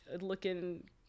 looking